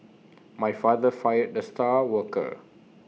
my father fired the star worker